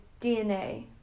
DNA